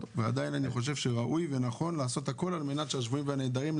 ועדיין אני חושב שראוי ונכון לעשות הכול על מנת שהשבויים והנעדרים,